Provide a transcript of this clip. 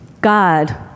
God